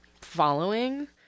following